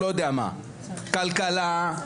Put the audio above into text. כלכלה,